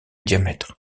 diamètre